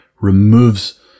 removes